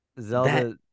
Zelda